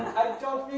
i don't